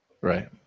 Right